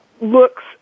looks